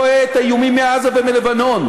הציבור רואה את האיומים מעזה ומלבנון.